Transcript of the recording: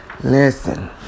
Listen